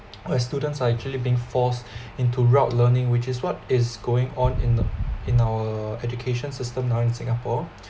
where students are actually being forced into route learning which is what is going on in in our education system now in singapore